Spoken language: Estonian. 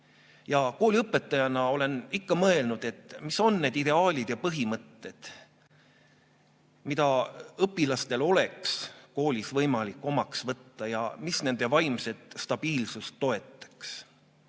Ja kooliõpetajana olen ikka mõelnud, mis on need ideaalid ja põhimõtted, mida õpilastel oleks koolis võimalik omaks võtta ja mis nende vaimset stabiilsust toetaks.